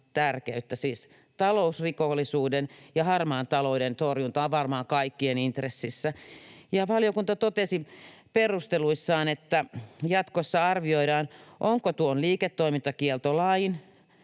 talousrikollisuuden ja harmaan talouden torjunta on varmaan kaikkien intressissä — ja valiokunta totesi perusteluissaan, että jatkossa arvioidaan, onko tuon liiketoimintakieltolain